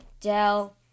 Dell